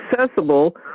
accessible